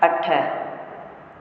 अठ